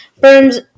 firms